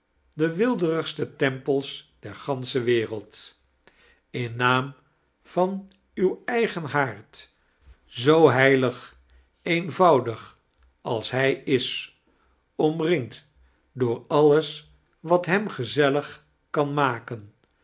de weelderigste tempels der gansche wereld in naam van uw eigen haard zoo heilig eenvoudig als hij is omringd door alles wat hem gezellig kan maken